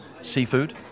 Seafood